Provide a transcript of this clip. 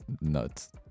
nuts